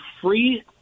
free